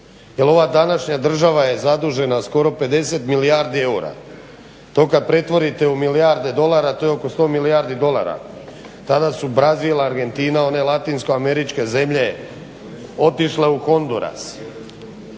ova današnja država je zadužena skoro 50 milijardi eura. To kad pretvorite u milijarde dolara to je oko 100 milijardi dolara. Tada su Brazil, Argentina, one latinsko američke zemlje otišle u Hondoras,